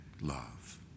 love